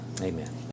amen